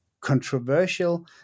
controversial